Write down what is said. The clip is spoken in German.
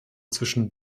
zwischen